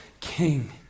king